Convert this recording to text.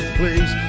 Please